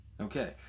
Okay